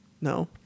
No